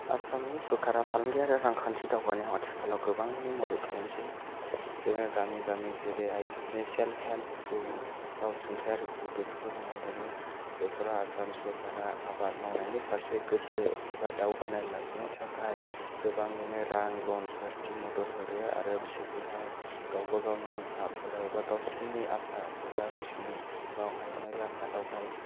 आसामनि सरकारा फालांगि आरो रांखान्थि दावगानायाव आथिखालाव गोबाङैनो मदद खालामसै जोङो गामि गामि जेरै आयजोफोरनि सेल्प हेल्प ग्रुब गावसुंथायारि ग्रुप बेफोरखौ नुनो मोनो बेफोराव आसाम सरकारा आबाद मावनायनि फारसे गोसो एबा दावगानाय लाबोनो थाखाय गोबाङैनो रां लनफोर दिम'दर हरो आरो बिसोरखौहाय गावबागावनि हाफोराव एबा गावसोरनि आफाद एबा गावसिनि हायुङारि आफादआवहाय